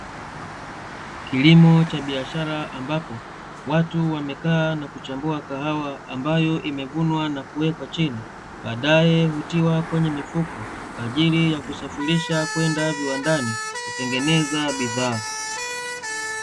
Kilimo cha biashara ambapo, watu wamekaa na kuchambua kahawa ambayo, imevunwa na kuwekwa chini baadae hutiwa kwenye mifuko kwa ajili ya kusafirisha kwenda viwandani, kutengeneza bidhaa.